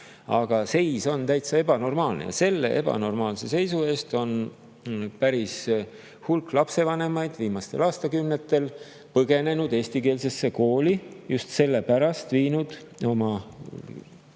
Aga seis on täitsa ebanormaalne ja selle ebanormaalse seisu eest on päris hulk lapsi viimastel aastakümnetel põgenenud eestikeelsesse kooli. Lapsevanemad on just sellepärast viinud oma